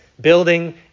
building